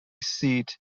seat